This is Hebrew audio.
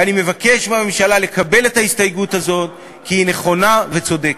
ואני מבקש מהממשלה לקבל את ההסתייגות הזאת כי היא נכונה וצודקת.